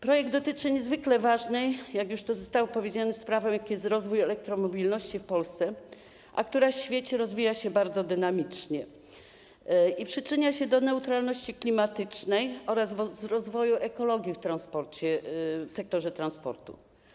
Projekt dotyczy niezwykle ważnej, jak już to zostało powiedziane, sprawy, jaką jest rozwój elektromobilności w Polsce, a która w świecie rozwija się bardzo dynamicznie i przyczynia się do neutralności klimatycznej oraz rozwoju ekologii w sektorze transportu.